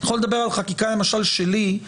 יכול לדבר על חקיקה למשל שלי,